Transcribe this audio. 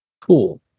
Cool